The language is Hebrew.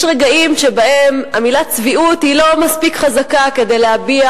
יש רגעים שבהם המלה "צביעות" היא לא מספיק חזקה כדי להביע